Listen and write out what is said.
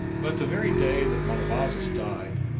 but the very day that monobazus died,